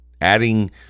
adding